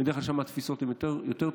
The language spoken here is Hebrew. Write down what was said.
ובדרך כלל שם התפיסות הן יותר טובות.